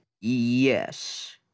Yes